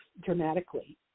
dramatically